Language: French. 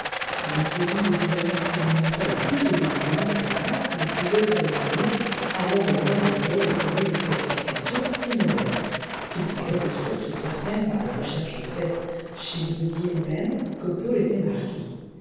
mais celui de ses amis qui lui montrait le plus de dévouement déclara qu'il ne pouvait se résigner à voir le noble paul décoré d'une qualification si modeste qu'il savait de source certaine par des recherches faites chez d'hozier même que paul était marquis